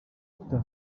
guitar